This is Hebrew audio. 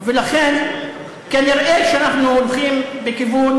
ולכן כנראה אנחנו הולכים לכיוון